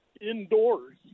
indoors